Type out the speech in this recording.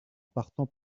partant